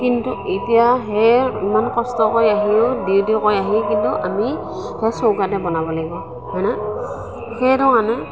কিন্তু এতিয়া সেই ইমান কষ্ট কৰি আহিও ডিউটি কৰি আহিও কিন্তু আমি সেই চৌকাতে বনাব লাগিব হয়নে সেইটো কাৰণে